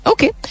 Okay